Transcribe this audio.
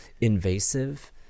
invasive